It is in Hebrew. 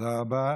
תודה רבה.